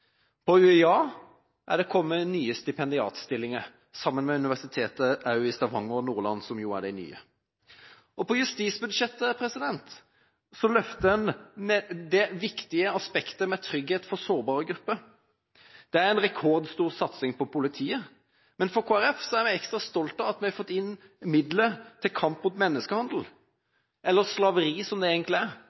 Ved UiA er det kommet nye stipendiatstillinger – sammen med universitetene i Stavanger og Nordland, som jo er de nye. På justisbudsjettet løfter en det viktige aspektet med trygghet for sårbare grupper. Det er en rekordstor satsing på politiet. Men Kristelig Folkeparti er ekstra stolt av at vi har fått inn midler til kampen mot menneskehandel – eller slaveri, som det egentlig er.